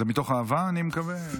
זה מתוך אהבה, אני מקווה.